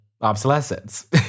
obsolescence